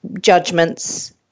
judgments